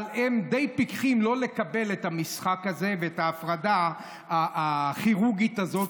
אבל הם די פיקחים לא לקבל את המשחק הזה ואת ההפרדה הכירורגית הזאת.